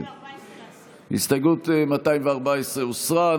הסתייגות 214 הוסרה.